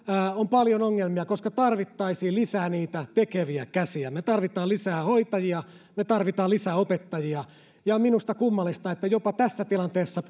on paljon ongelmia ja tarvittaisiin lisää niitä tekeviä käsiä me tarvitsemme lisää hoitajia me tarvitsemme lisää opettajia ja minusta on kummallista että jopa tässä tilanteessa